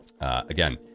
Again